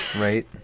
Right